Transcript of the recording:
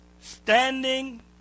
standing